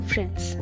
Friends